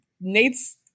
Nate's